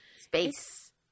Space